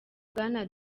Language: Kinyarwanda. bwana